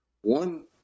One